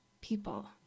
people